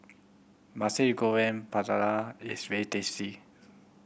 Nasi Goreng Pattaya is very tasty